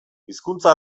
hizkuntza